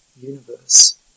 universe